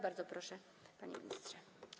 Bardzo proszę, panie ministrze.